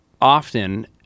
Often